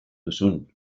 duzun